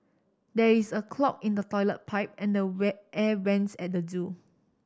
there is a clog in the toilet pipe and the wear air vents at the zoo